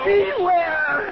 Beware